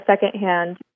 secondhand